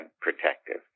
protective